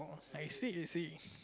orh I see